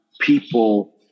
people